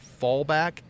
fallback